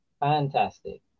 Fantastic